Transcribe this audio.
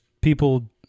people